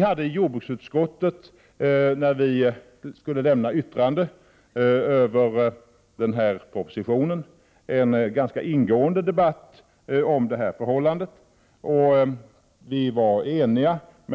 När jordbruksutskottet skulle avge yttrande över den här propositionen hade vi en ganska ingående debatt i utskottet om detta förhållande. Vi var eniga —